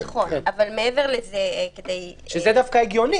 זה דווקא הגיוני.